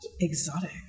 Exotic